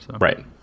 Right